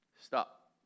Stop